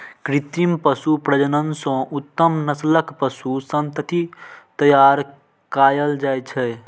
कृत्रिम पशु प्रजनन सं उत्तम नस्लक पशु संतति तैयार कएल जाइ छै